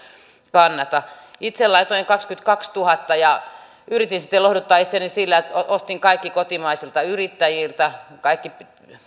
kannata itse laitoin kaksikymmentäkaksituhatta ja yritin sitten lohduttaa itseäni sillä että ostin kaikki kotimaisilta yrittäjiltä kaikki